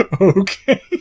okay